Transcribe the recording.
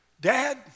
Dad